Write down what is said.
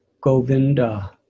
Govinda